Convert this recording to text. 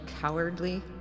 cowardly